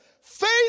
faith